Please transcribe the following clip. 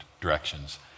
directions